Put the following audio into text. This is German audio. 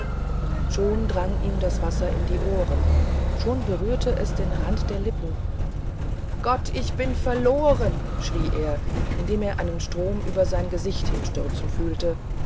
schon drang ihm das wasser in die ohren schon berührte es den rand der lippen gott ich bin verloren schrie er indem er einen strom über sein gesicht hinstürzen fühlte